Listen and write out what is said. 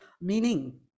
meaning